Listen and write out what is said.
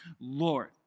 Lord